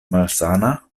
malsana